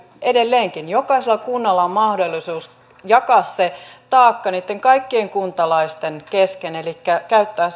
edelleenkin jokaisella kunnalla on mahdollisuus jakaa se taakka niitten kaikkien kuntalaisten kesken elikkä käyttää